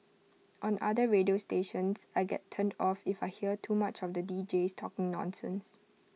on other radio stations I get turned off if I hear too much of the Deejays talking nonsense